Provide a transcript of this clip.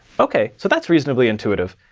okay. so that's reasonably intuitive.